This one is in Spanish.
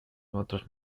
otros